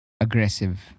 aggressive